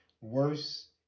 worse